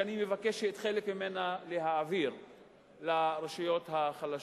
שאני מבקש חלק ממנה להעביר לרשויות החלשות,